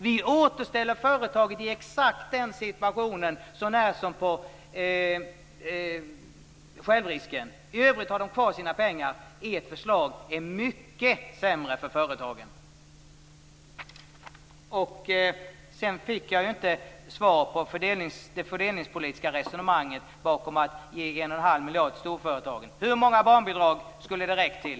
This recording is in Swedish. Vi återställer företaget i exakt den tidigare situationen så när som på självrisken. I övrigt har det kvar sina pengar. Ert förslag är mycket sämre för företagen. Jag fick inget svar på det fördelningspolitiska resonemanget bakom att ge en och halv miljard till storföretagen. Hur många barnbidrag skulle det ha räckt till?